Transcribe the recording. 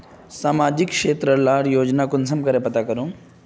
सामाजिक क्षेत्र लार योजना कुंसम करे पता करूम?